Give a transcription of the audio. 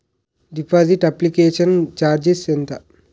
Deposit application charges ఎంత?